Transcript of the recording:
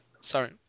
Sorry